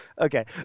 Okay